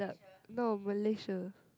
no Malaysia